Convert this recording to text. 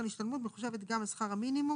קרן השתלמות מחושבת גם על שכר המינימום